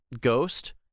ghost